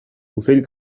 ocell